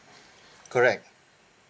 correct